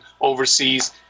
overseas